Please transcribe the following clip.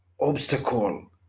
obstacle